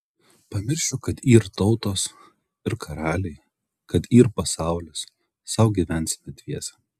pamiršiu kad yr tautos ir karaliai kad yr pasaulis sau gyvensime dviese